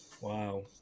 Wow